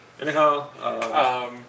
Anyhow